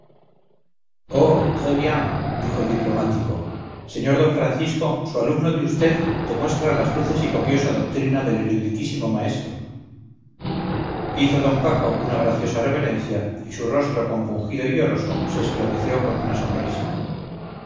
tres bien dijo el diplomático señor d francisco su alumno de vd demuestra las luces y copiosa doctrina del eruditísimo maestro hizo d paco una graciosa reverencia y su rostro compungido y lloroso se esclareció con una sonrisa